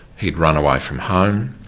he'd run away from home,